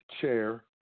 Chair